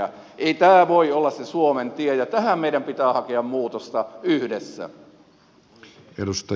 ei tämä voi olla se suomen tie ja tähän meidän pitää hakea muutosta yhdessä